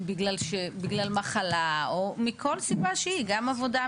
זה דבר שלדעתי יוכר על ידי בית